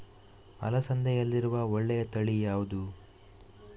ಅಲಸಂದೆಯಲ್ಲಿರುವ ಒಳ್ಳೆಯ ತಳಿ ಯಾವ್ದು?